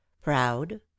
proud